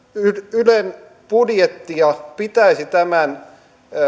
ylen budjettia pitäisi tämän